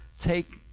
take